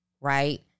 right